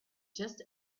just